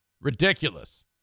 Ridiculous